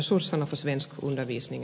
arvoisa puhemies